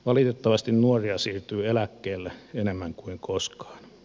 valitettavasti nuoria siirtyy eläkkeelle enemmän kuin koskaan